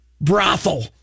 brothel